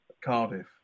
Cardiff